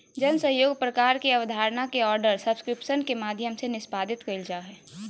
जन सहइोग प्रकार के अबधारणा के आर्डर सब्सक्रिप्शन के माध्यम से निष्पादित कइल जा हइ